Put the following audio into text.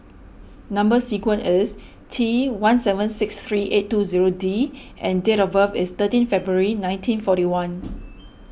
Number Sequence is T one seven six three eight two zero D and date of birth is thirteen February nineteen forty one